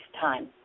time